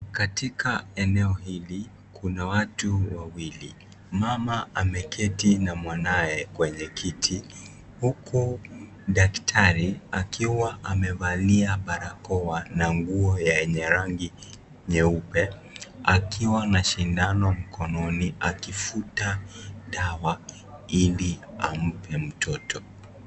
Katika eneo hili kuna watu wawili, mama ameketi na mwanaye kwenye kiti huku daktari akiwa amevalia barakoa na nguo yenye rangi nyeupe akiwa na sindano mkononi akivuta dawa hili ampe mtoto.